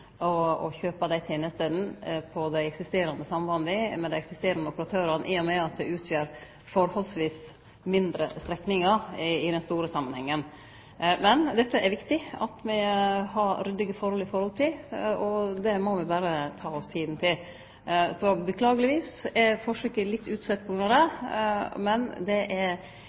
og kjøpe tenestene på dei eksisterande sambanda med dei eksisterande operatørane, i og med at det utgjer forholdsvis mindre strekningar i den store samanhengen. Men her er det viktig at me har ryddige forhold, og dette må me berre ta oss tid til. Så beklageleg nok er forsøket litt utsett på grunn av det, men det er